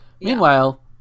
Meanwhile